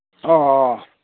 ꯑꯣ ꯑꯣ